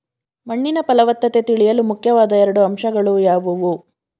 ಮಣ್ಣಿನ ಫಲವತ್ತತೆ ತಿಳಿಯಲು ಮುಖ್ಯವಾದ ಎರಡು ಅಂಶಗಳು ಯಾವುವು?